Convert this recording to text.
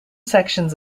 sections